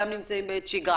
שנמצאים גם בעת שגרה.